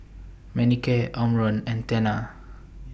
Manicare Omron and Tena